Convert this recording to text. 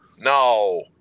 No